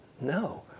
No